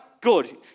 Good